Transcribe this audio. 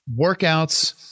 workouts